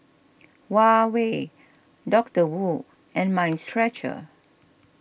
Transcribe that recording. Huawei Doctor Wu and Mind Stretcher